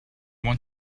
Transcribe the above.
want